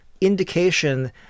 indication